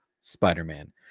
spider-man